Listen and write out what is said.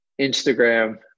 Instagram